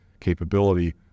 capability